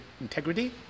integrity